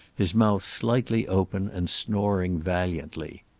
his mouth slightly open, and snoring valiantly.